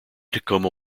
tacoma